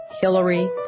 Hillary